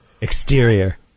Exterior